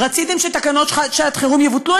רציתם שתקנות שעת-חירום יבוטלו?